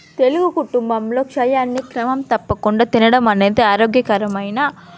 తెలుగు కుటుంబంలో క్షయాన్ని క్రమం తప్పకుండా తినడం అనేది ఆరోగ్యకరమైన